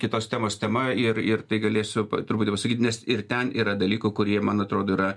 kitos temos tema ir tai galėsiu truputį pasakyt nes ir ten yra dalykų kurie man atrodo yra